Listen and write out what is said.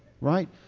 right